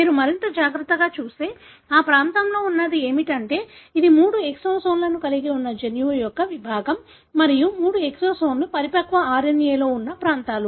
మీరు మరింత జాగ్రత్తగా చూస్తే ఆ ప్రాంతంలో ఉన్నది ఏమిటంటే ఇది మూడు ఎక్సోన్లను కలిగి ఉన్న జన్యువు యొక్క విభాగం మరియు మూడు ఎక్సోన్లు పరిపక్వ RNA లో ఉన్న ప్రాంతాలు